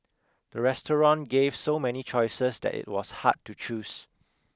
the restaurant gave so many choices that it was hard to choose